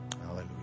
Hallelujah